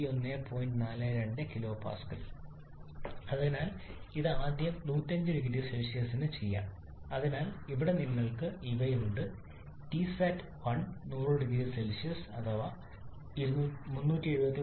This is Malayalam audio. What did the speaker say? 42 kPa അതിനാൽ ആദ്യം ഇത് 1050 സിക്ക് ചെയ്യാം അതിനാൽ ഇവിടെ നിങ്ങൾക്ക് ഇവയുണ്ട് T സാറ്റ് 1 100 0 സി 373